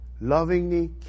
lovingly